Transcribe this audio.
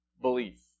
belief